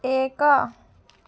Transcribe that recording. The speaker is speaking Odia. ଏକ